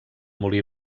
molí